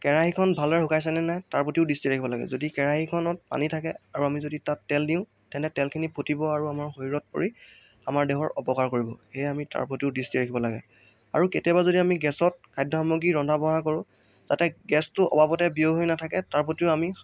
কেৰাহীখন ভালদৰে শুকাইছে নে নাই তাৰ প্ৰতিও দৃষ্টি ৰাখিব লাগে যদি কেৰাহীখনত পানী থাকে আৰু আমি যদি তাত তেল দিওঁ তেনে তেলখিনি ফুটিব আৰু আমাৰ শৰীৰত পৰি আমাৰ দেহৰ অপকাৰ কৰিব সেয়ে আমি তাৰ প্ৰতিও দৃষ্টি ৰাখিব লাগে আৰু কেতিয়াবা যদি আমি গেছত খাদ্য সামগ্ৰী ৰন্ধা বঢ়া কৰোঁ তাতে গেছটো অবাবতে ব্যয় হৈ নাথাকে তাৰ প্ৰতিও আমি